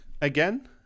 again